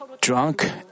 drunk